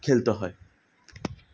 খেলতে হয়